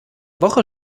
woche